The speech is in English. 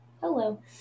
hello